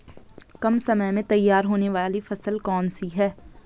कम समय में तैयार होने वाली फसल कौन सी है?